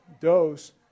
dose